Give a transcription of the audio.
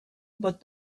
but